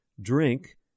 Drink